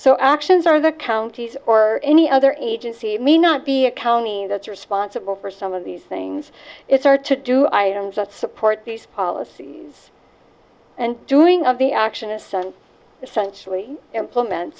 so actions are the county's or any other agency may not be a county that's responsible for some of these things it's hard to do i support these policies and doing of the actionist son essentially implement